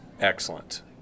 excellent